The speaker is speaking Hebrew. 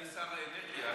אני שר האנרגיה.